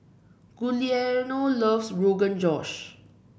Guillermo loves Rogan Josh